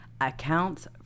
accounts